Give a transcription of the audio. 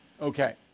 Okay